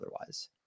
otherwise